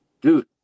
dude